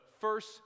first